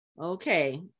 okay